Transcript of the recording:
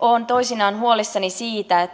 olen toisinaan huolissani siitä